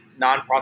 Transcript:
nonprofit